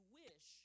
wish